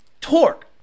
torque